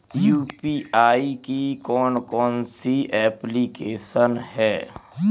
UPI की कौन कौन सी एप्लिकेशन हैं?